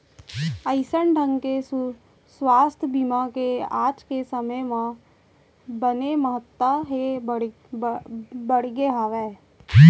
अइसन ढंग ले सुवास्थ बीमा के आज के समे म बने महत्ता ह बढ़गे हावय